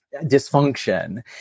dysfunction